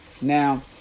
Now